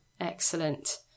excellent